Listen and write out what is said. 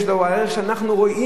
הערך שאנחנו רואים.